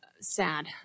sad